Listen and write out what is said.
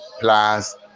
plus